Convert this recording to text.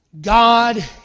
God